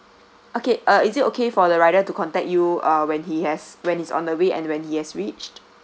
okay uh is it okay for the rider to contact you uh when he has when he's on the way and when he has reached